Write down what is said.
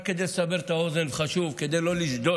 רק כדי לסבר את האוזן, זה חשוב, כדי לא לשדוד